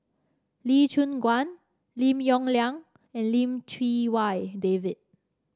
Lee Choon Guan Lim Yong Liang and Lim Chee Wai David